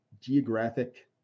geographic